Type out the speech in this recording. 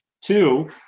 Two